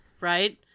right